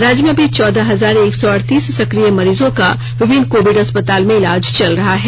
राज्य में अभी चौदह हजार एक सौ अड़तीस सकिय मरीजों का विभिन्न कोविड अस्पताल में इलाज चल रहा है